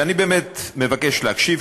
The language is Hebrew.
אני באמת מבקש להקשיב,